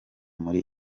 muri